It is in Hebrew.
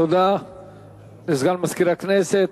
תודה לסגן מזכיר הכנסת.